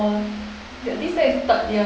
this year is third year